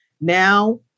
Now